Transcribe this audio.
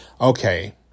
okay